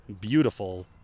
beautiful